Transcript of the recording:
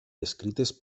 descrites